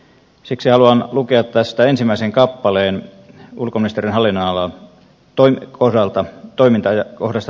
siksi haluan lukea tästä ensimmäisen kappaleen ulkoministeriön hallinnonalan kohdalta kohdasta toiminta ajatus